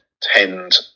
tend